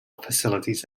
facilities